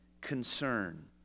concern